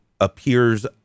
appears